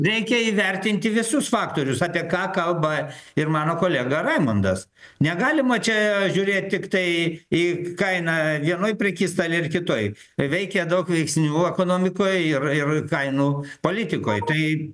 reikia įvertinti visus faktorius apie ką kalba ir mano kolega raimundas negalima čia žiūrėt tiktai į kainą vienoj prekystalėj ir kitoj veikia daug veiksnių ekonomikoj ir ir kainų politikoj tai